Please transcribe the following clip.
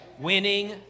winning